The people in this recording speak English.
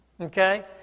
Okay